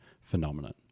phenomenon